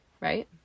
right